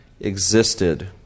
existed